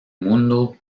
mundo